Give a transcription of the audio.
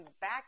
back